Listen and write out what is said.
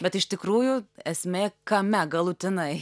bet iš tikrųjų esmė kame galutinai